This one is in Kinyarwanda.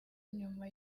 nyuma